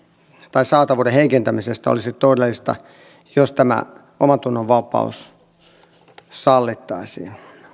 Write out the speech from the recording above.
tai saatavuuden heikentämisestä olisi todellista jos tämä omantunnonvapaus sallittaisiin